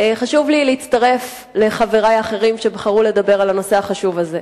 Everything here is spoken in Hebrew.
חשוב לי להצטרף לחברי האחרים שבחרו לדבר על הנושא החשוב הזה.